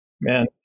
Man